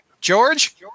George